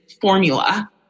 formula